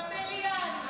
במליאה.